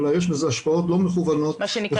אלא יש לזה השפעות לא מכוונות וחייבים